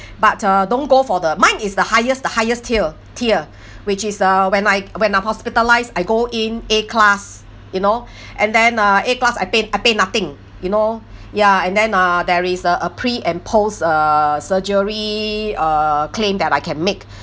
but uh don't go for the mine is the highest the highest tier tier which is uh when I when I'm hospitalised I go in a class you know and then uh a class I pay I pay nothing you know ya and then uh there is uh a pre and post uh surgery uh claim that I can make